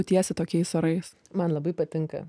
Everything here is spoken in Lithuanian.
tiesa tokiais orais man labai patinka